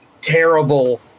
terrible